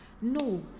No